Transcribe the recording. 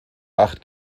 acht